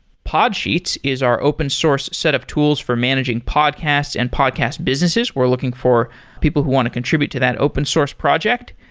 podsheets is our open source set of tools for managing podcast and podcast businesses. we're looking for people who want to contribute to that open source project.